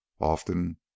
Often